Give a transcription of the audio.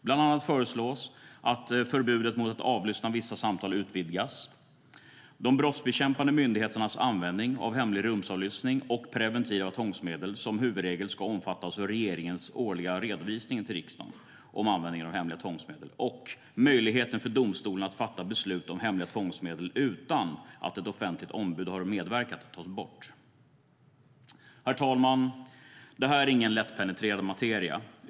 Bland annat föreslås att förbudet mot att avlyssna vissa samtal utvidgas, att de brottsbekämpande myndigheternas användning av hemlig rumsavlyssning och preventiva tvångsmedel som huvudregel ska omfattas av regeringens årliga redovisning till riksdagen om användningen av hemliga tvångsmedel, och att möjligheten för domstolar att fatta beslut om hemliga tvångsmedel utan att ett offentligt ombud har medverkat tas bort. Herr talman! Detta är ingen lättpenetrerad materia.